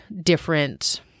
different